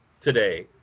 today